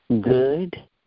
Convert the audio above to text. good